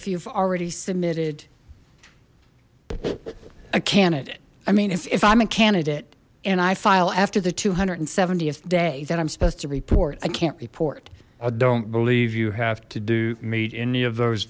if you've already submitted a candidate i mean if i'm a candidate and i file after the two hundred and seventy ahthe day that i'm supposed to report i can't report i don't believe you have to do meet any of those